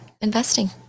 investing